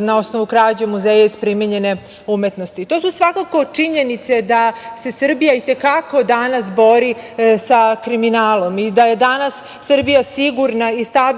na osnovu krađe muzeja iz primenjene umetnosti. To su svakako činjenice da se Srbija i te kako danas bori sa kriminalom i da je danas Srbija sigurna i stabilna